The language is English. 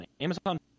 Amazon